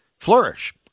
flourish